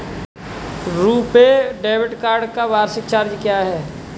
RuPay debit card का वार्षिक charge क्या है?